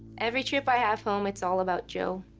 every trip i have home, it's all about joe.